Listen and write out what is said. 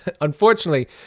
unfortunately